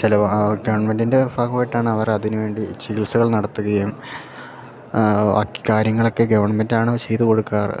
ചില ഗവൺമെൻറ്റിൻ്റെ ഭാഗമായിട്ടാണ് അവർ അതിനു വേണ്ടി ചികിത്സകൾ നടത്തുകയും ബാക്കി കാര്യങ്ങളൊക്കെ ഗവൺമെൻറ്റാണ് ചെയ്ത് കൊടുക്കാറ്